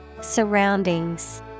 Surroundings